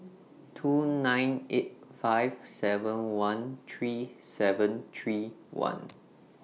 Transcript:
two nine eight five seven one three seven three one